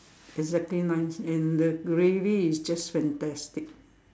exactly nice and the gravy is just fantastic